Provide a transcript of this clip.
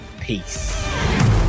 Peace